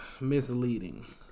misleading